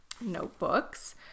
notebooks